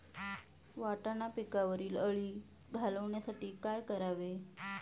वाटाणा पिकावरील अळी घालवण्यासाठी काय करावे?